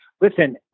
Listen